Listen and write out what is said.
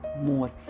more